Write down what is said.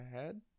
ahead